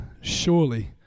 surely